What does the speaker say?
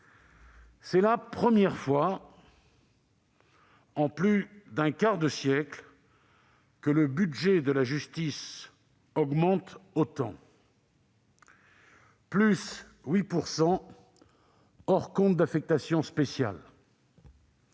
C'est la première fois, en plus d'un quart de siècle, que le budget de la justice augmente autant, à hauteur de 8 % hors compte d'affectation spéciale.